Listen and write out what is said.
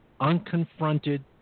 unconfronted